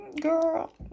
Girl